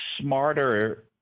smarter